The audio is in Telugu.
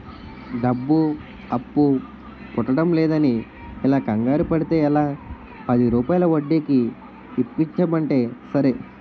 డబ్బు అప్పు పుట్టడంలేదని ఇలా కంగారు పడితే ఎలా, పదిరూపాయల వడ్డీకి ఇప్పించమంటే సరే